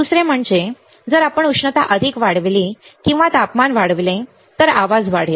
दुसरे म्हणजे जर आपण उष्णता अधिक वाढवली किंवा तापमान वाढवले तर आवाज वाढेल